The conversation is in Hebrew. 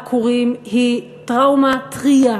"עקורים" היא טראומה טרייה,